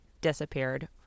disappeared